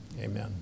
amen